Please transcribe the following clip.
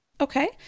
Okay